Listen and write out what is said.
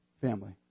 family